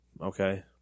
Okay